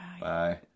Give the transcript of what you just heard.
Bye